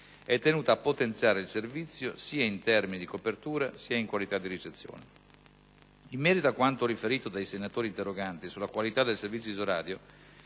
è tenuta a potenziare il servizio, sia in termini di copertura che di qualità di ricezione. In merito a quanto riferito dai senatori interroganti sulla qualità del servizio Isoradio,